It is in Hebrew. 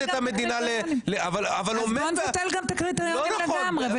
את המדינה -- אז בוא נבטל גם את הקריטריונים לגמרי,